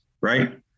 right